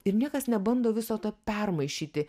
ir niekas nebando viso to permaišyti